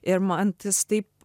ir man tas taip